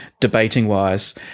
debating-wise